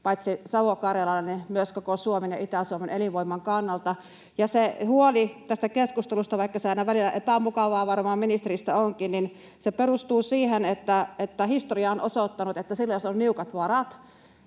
paitsi Savo-Karjalan myös koko Suomen ja Itä-Suomen elinvoiman kannalta. Se huoli tästä keskustelusta, vaikka se aina välillä varmaan epämukavaa ministeristä onkin, perustuu siihen, että historia on osoittanut, että silloin jos on niukat varat